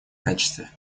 качестве